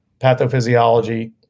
pathophysiology